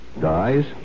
Dies